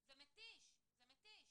זה מתיש, זה מתיש.